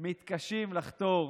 מתקשים לחתור